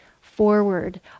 forward